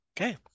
Okay